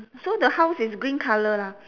so the house is green colour lah